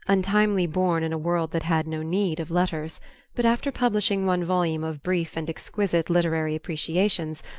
untimely born in a world that had no need of letters but after publishing one volume of brief and exquisite literary appreciations,